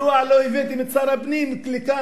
מדוע לא הבאתם את שר הפנים לכאן?